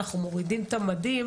אנחנו מורידים את המדים